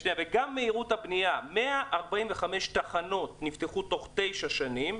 -- וגם מהירות הבנייה 145 תחנות נפתחו תוך תשע שנים,